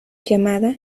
llamada